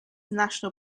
national